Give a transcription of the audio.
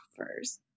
offers